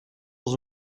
als